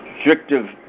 Restrictive